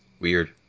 Weird